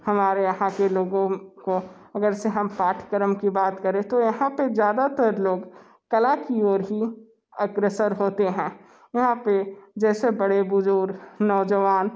हमारे यहाँ के लोगों को अगर से हम पाठ्यक्रम की बात करें तो यहाँ पर ज़्यादातर लोग कला की ओर ही अग्रसर होते हैं यहाँ पर जैसे बड़े बुजुर्ग नौजवान